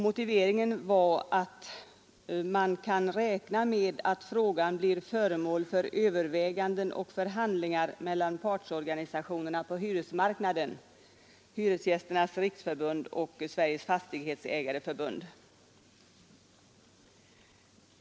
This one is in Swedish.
Motiveringen var att man kan räkna med att frågan blir föremål för överväganden och förhandlingar mellan partsorganisationerna på hyresmarknaden, Hyresgästernas riksförbund och Sveriges fastighetsägareförbund.